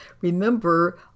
Remember